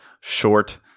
short